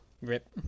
RIP